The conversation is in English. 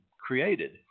created